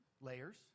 layers